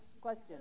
question